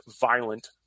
violent